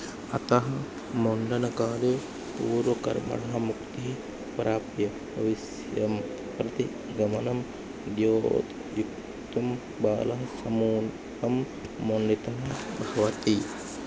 अतः मुण्डनकाले पूर्वकर्मणः मुक्तिं प्राप्य भविष्यं प्रति गमनं द्योतयितुं बालः समूलं मुण्डितः भवति